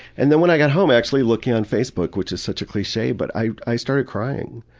and then when i got home, actually looking on facebook which is such a cliche, but i i started crying.